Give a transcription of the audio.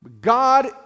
God